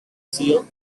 seoul